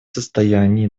состоянии